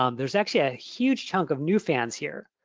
um there's actually a huge chunk of new fans here,